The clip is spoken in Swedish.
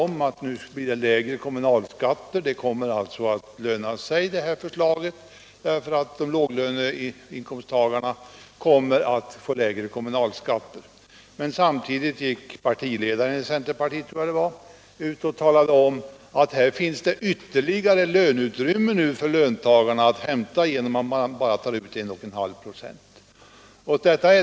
Vi minns hur man en gång i tiden gick ut med det förslaget: Den ene centerpartisten talade om att låginkomsttagarna härigenom skulle få lägre kommunalskatt, och den andre centerpartisten — jag tror det var partiledaren i centerpartiet — talade om att det fanns utrymme för ytterligare lönehöjningar genom att man bara tog ut 1,5 96.